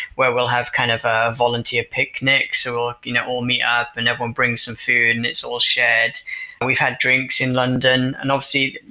where we'll have kind of a volunteer picnics, or you know meetup and everyone brings some food and it's all shared we've had drinks in london and obviously,